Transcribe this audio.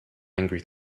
angry